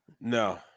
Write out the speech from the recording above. No